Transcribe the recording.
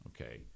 Okay